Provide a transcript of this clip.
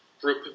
group